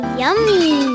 yummy